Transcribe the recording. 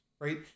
Right